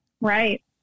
Right